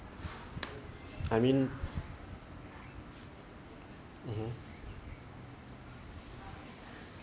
I mean mmhmm